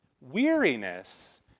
weariness